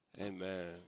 amen